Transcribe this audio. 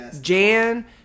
Jan